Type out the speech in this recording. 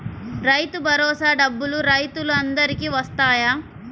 రైతు భరోసా డబ్బులు రైతులు అందరికి వస్తాయా?